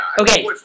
Okay